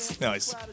Nice